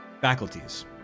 faculties